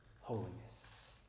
holiness